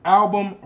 album